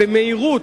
במהירות,